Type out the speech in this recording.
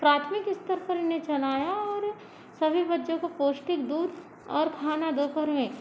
प्राथमिक स्तर पर इनने चलाया और सभी बच्चों को पौष्टिक दूध और खाना दोपहर में